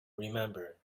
remember